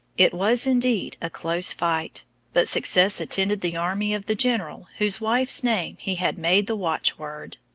it was indeed a close fight but success attended the army of the general whose wife's name he had made the watchword.